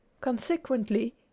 consequently